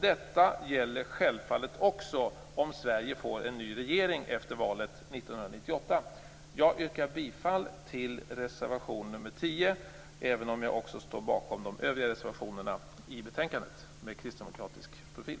Detta gäller självfallet också om Sverige får en ny regeringen efter valet 1998. Jag yrkar bifall till reservation nr 10. Jag står även bakom övriga reservationer i betänkandet med kristdemokratisk profil.